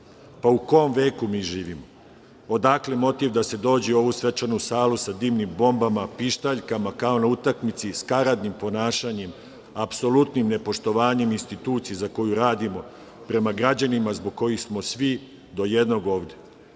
Pa, u kom veku mi živimo? Odakle motiv da se dođe u ovu svečanu salu sa dimnim bombama, pištaljkama, kao na utakmici, skaradnim ponašanjem, apsolutnim nepoštovanjem institucije za koju radimo, prema građanima zbog kojih smo svi do jednog ovde?